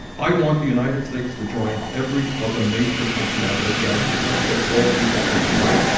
i want the united states to join every other major country on earth guarantee health care to all people as a right.